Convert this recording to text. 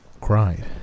cried